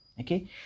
Okay